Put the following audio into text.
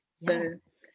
Yes